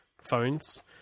phones